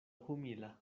humila